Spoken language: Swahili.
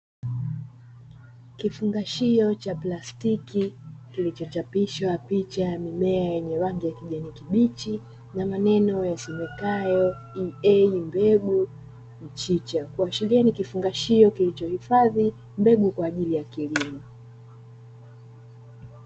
Kifungashio cha plastiki kilichochapishwa picha ya mimea yenye rangi ya kijani kibichi na maneno yasemekayo 'EA mbegu mchicha', kuashiria ni kifungashio kilichohifadhi mbegu kwaajili ya kilimo.